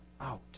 out